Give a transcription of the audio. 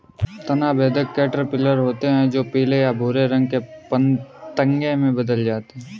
तना बेधक कैटरपिलर होते हैं जो पीले या भूरे रंग के पतंगे में बदल जाते हैं